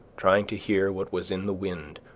trying to hear what was in the wind,